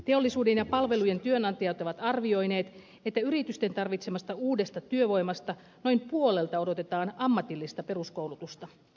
teollisuuden ja palvelujen työnantajat ovat arvioineet että yritysten tarvitsemasta uudesta työvoimasta noin puolelta odotetaan ammatillista peruskoulutusta